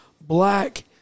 black